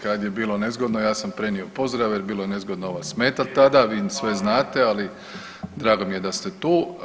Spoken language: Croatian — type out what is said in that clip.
Kad je bilo nezgodno ja sam prenio pozdrave jer bilo je nezgodno vas smetat tada, vidim sve znate, ali drago mi je da ste tu.